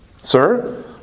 Sir